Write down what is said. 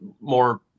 more